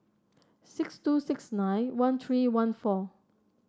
six two six nine one three one four